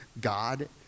God